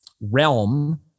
realm